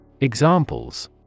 Examples